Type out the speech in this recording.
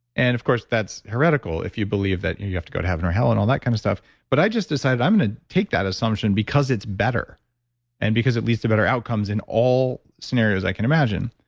and of course, that's heretical. if you believe that you you have to go to heaven or hell and all that kind of stuff but i just decided i'm going to take that assumption because it's better and because it leads to better outcomes in all scenarios, i can imagine,